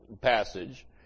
passage